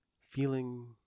Feeling